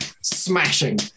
smashing